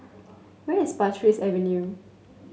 where is Pasir Ris Avenue